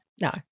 no